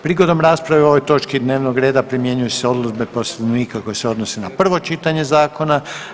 Prigodom rasprave o ovoj točki dnevnog reda primjenjuju se odredbe Poslovnika koje se odnose na prvo čitanje zakona.